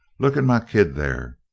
look at my kid there.